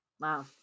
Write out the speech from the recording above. Wow